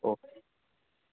okay